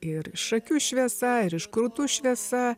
ir iš akių šviesa ir iš krūtų šviesa